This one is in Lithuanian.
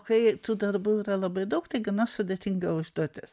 kai tų darbų yra labai daug tai gana sudėtinga užduotis